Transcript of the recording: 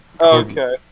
okay